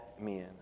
men